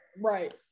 right